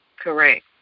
Correct